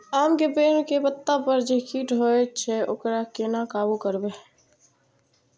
आम के पेड़ के पत्ता पर जे कीट होय छे वकरा केना काबू करबे?